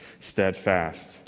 steadfast